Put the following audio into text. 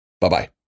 Bye-bye